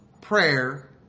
Prayer